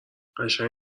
قشنگ